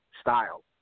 style